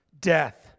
death